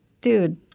dude